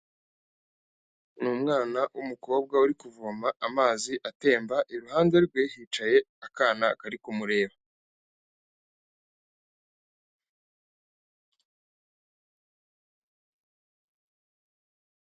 Ni umwana w'umukobwa uri kuvoma amazi atemba, iruhande rwe hicaye akana kari kumureba.